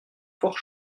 fort